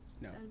No